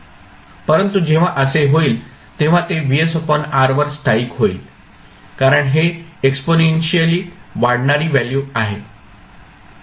परंतु जेव्हा असे होईल तेव्हा ते Vs R वर स्थायिक होईल कारण हे एक्सपोनेन्शियली वाढणारी व्हॅल्यू आहे